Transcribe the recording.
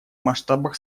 масштабах